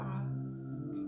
ask